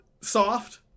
soft